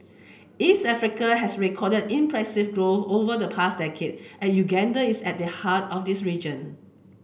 East Africa has recorded impressive growth over the past decade and Uganda is at the heart of this region